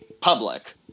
public